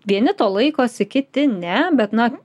vieni to laikosi kiti ne bet na